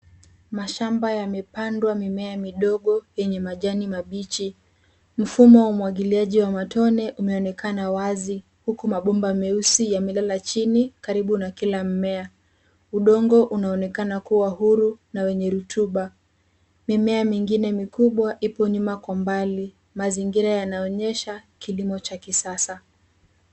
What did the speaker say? Mashamba yamepandwa mimea midogo yenye majani mabichi. Mfumo wa umwagiliaji wa matone umeonekana wazi huku mabomba meusi yamelala chini karibu na kila mimea. Udongo unaonekana kuwa wa huru na wenye rutuba. Mimea mingine mikubwa ipo nyuma kwa umbali. Mazingira yanaonyesha kilimo cha kisasa.